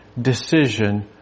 decision